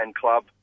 Club